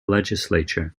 legislature